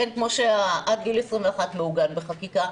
כמו שמסגרת עד גיל 21 מעוגנת בחקיקה,